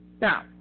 Now